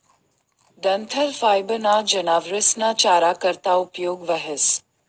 डंठल फायबर ना जनावरस ना चारा करता उपयोग व्हस